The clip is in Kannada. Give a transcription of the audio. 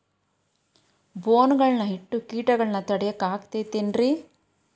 ಬೋನ್ ಗಳನ್ನ ಇಟ್ಟ ಕೇಟಗಳನ್ನು ತಡಿಯಾಕ್ ಆಕ್ಕೇತೇನ್ರಿ?